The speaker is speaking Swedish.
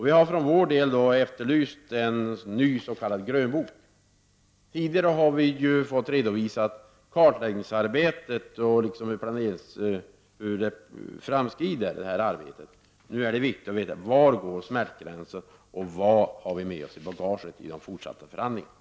Vi har för vår del efterlyst en ny s.k. grönbok. Tidigare har vi fått redovisat kartläggningsarbetet och hur arbetet framskrider. Nu är det viktigt att veta: Var går smärtgränsen och vad har vi med oss i bagaget i de fortsatta förhandlingarna?